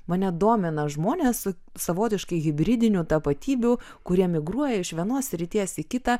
mane domina žmonės savotiškai hibridinių tapatybių kurie migruoja iš vienos srities į kitą